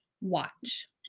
watch